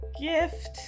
gift